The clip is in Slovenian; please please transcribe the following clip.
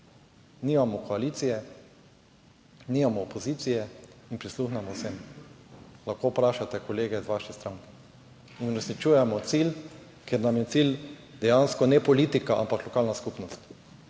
Nimamo koalicije, nimamo opozicije in prisluhnemo vsem. Lahko vprašate kolege iz vaše stranke. In uresničujemo cilj, ker nam je cilj dejansko ne politika, ampak lokalna skupnost